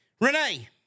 Renee